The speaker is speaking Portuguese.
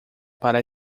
para